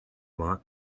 lot